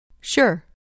Sure